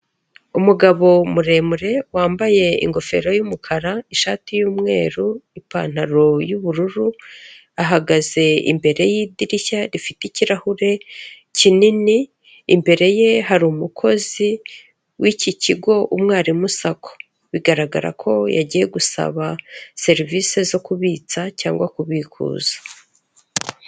Umugabo muremure wambaye ingofero y'umukara, ishati y'umweru, ipantaro y'ubururu, ahagaze imbere y'idirishya rifite ikirahure kinini, imbere ye hari umukozi w'iki kigo Umwarimu Sacco, bigaragara ko yagiye gusaba serivisi zo kubitsa cyangwa kubikuza.